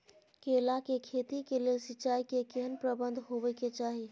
केला के खेती के लेल सिंचाई के केहेन प्रबंध होबय के चाही?